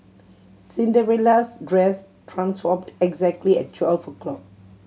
Cinderella's dress transformed exactly at twelve o'clock